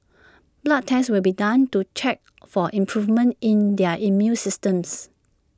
blood tests will be done to check for improvements in their immune systems